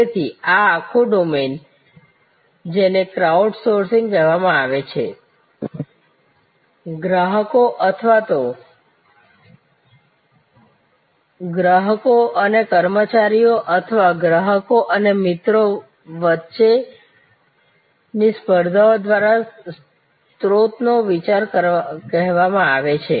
તેથી આ આખું ડોમેન જેને ક્રાઉડ સોર્સિંગ કહેવામાં આવે છે ગ્રાહકો અથવા તો ગ્રાહકો અને તેમના કર્મચારીઓ અથવા ગ્રાહકો અને તેમના મિત્રો વગેરે વચ્ચેની સ્પર્ધાઓ દ્વારા સ્ત્રોતનો વિચાર કહેવામાં આવે છે